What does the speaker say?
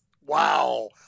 Wow